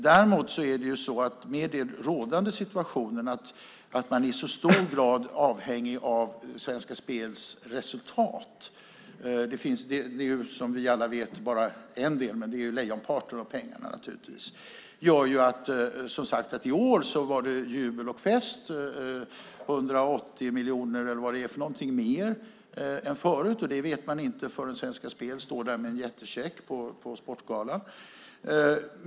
Däremot är den rådande situationen att man i så stor grad är avhängig av Svenska Spels resultat. Det är som vi i alla vet bara en del, men det är lejonparten av pengarna naturligtvis. I år var det jubel och fest, 180 miljoner, eller vad det är för något, mer än förut. Och det vet man inte förrän Svenska Spel står där med en jättecheck på sportgalan.